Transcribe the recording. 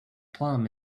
plum